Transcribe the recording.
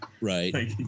Right